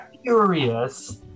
furious